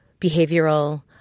behavioral